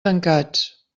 tancats